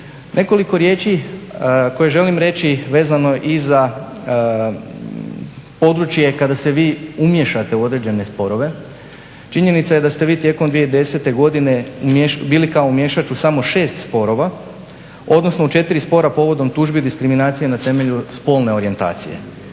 Nekoliko riječi koje želim reći vezano je i za područje kada se vi umiješate u određene sporove. Činjenica je da ste vi tijekom 2010. godine bili kao umješač u samo 6 sporova, odnosno u 4 spora povodom tužbi diskriminacije na temelju spolne orijentacije.